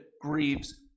grieves